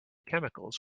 chemicals